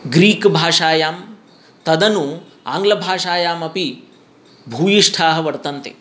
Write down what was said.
Greek भाषायां तदनु आङ्ग्लभाषायामपि भूयिष्ठाः वर्तन्ते